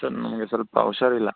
sir ನನಗೆ ಸ್ವಲ್ಪ ಹುಷಾರಿಲ್ಲ